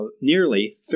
nearly